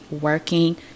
working